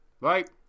right